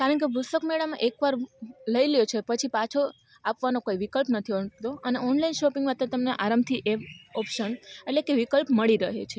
કારણ કે પુસ્તક મેળામાં એકવાર લઈ લો છો પછી પાછો આપવાનો કોઈ વિકલ્પ નથી હોતો અને ઓનલાઈન શોપિંગમાં તે તમને આરામથી ઓપ્શન એટલે કે વિકલ્પ મળી રહે છે